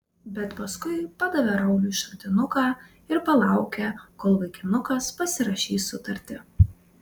bet paskui padavė rauliui šratinuką ir palaukė kol vaikinukas pasirašys sutartį